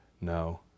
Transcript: No